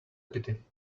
pity